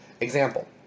example